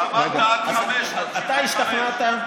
אמרת עד 05:00. אתה השתכנעת?